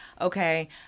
okay